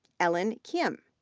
ellen kim,